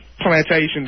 Plantation